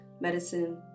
medicine